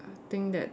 think that